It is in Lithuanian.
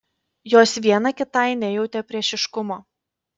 jos viena kitai nejautė priešiškumo